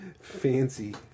Fancy